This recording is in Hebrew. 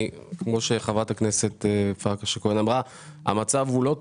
כמו שחברת הכנסת פרק הכהן אמרה, המצב הוא לא טוב.